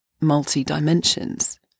multi-dimensions